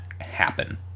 happen